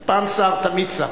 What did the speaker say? כי פעם שר, תמיד שר.